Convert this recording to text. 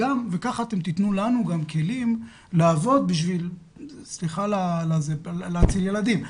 כך תתנו לנו גם כלים לעבוד, כדי להציל ילדים.